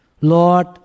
Lord